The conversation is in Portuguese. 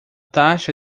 taxa